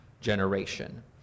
generation